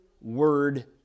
Word